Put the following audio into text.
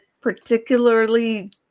particularly